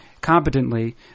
competently